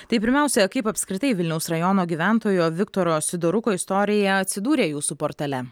tai pirmiausia kaip apskritai vilniaus rajono gyventojo viktoro sidoruko istorija atsidūrė jūsų portale